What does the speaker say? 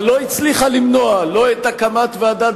אבל לא הצליחה למנוע לא את הקמת ועדת